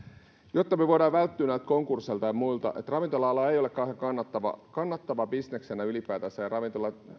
jotta me voimme välttyä näiltä konkursseilta ja muilta kun ravintola ala ei ole kauhean kannattava kannattava bisneksenä ylipäätänsä ja